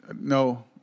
No